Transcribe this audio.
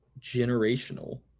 generational